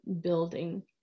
building